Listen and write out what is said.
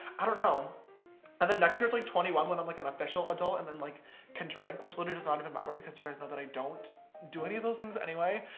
i don't and then next year, it's like twenty one when i'm like an official adult, and then like can drink, which literally does not even matter, because you guys know that i don't do any of those things anyway.